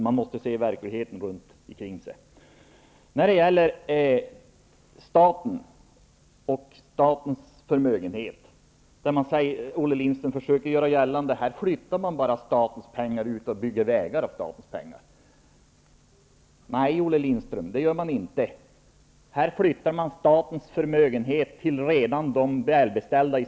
Man måste se verkligheten runt omkring sig. Olle Lindström försöker göra gällande att man bara flyttar statens pengar och bygger vägar för dem. Nej, Olle Lindström, det gör man inte. Här flyttar man statens förmögenhet till de redan välbeställda.